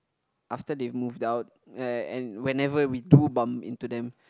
after they have moved out and and whenever we do bump into them